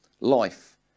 life